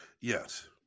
Yes